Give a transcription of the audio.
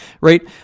right